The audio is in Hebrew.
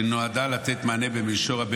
אני מתכבד להביא בפני